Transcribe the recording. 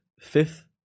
fifth